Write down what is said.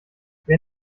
wer